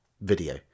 video